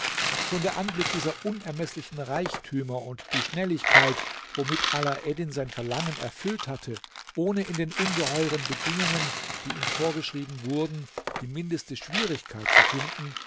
schon der anblick dieser unermeßlichen reichtümer und die schnelligkeit womit alaeddin sein verlangen erfüllt hatte ohne in den ungeheuren bedingungen die ihm vorgeschrieben wurden die mindeste schwierigkeit zu finden